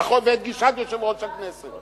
נכון, ואת גישת יושב-ראש הכנסת.